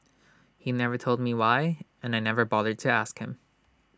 he never told me why and I never bothered to ask him